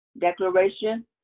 declaration